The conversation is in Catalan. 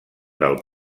del